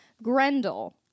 grendel